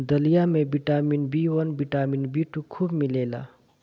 दलिया में vitamin B one, vitamin B two खूब मिलेला